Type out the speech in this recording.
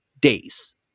days